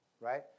right